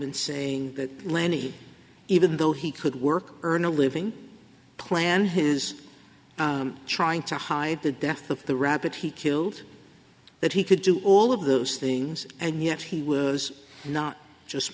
in saying that lanny even though he could work earn a living plan his trying to hide the death of the rabbit he killed that he could do all of those things and yet he was not just